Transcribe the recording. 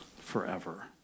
forever